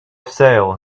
sale